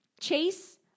Chase